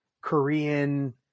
Korean